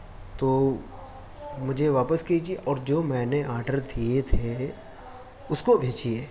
تو مجھے واپس کیجیے اور جو میں نے آرڈر دیئے تھے اس کو بھیجیے